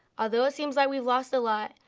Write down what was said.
although it seems like we've lost a lot,